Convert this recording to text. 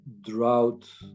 drought